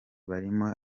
barimo